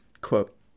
Quote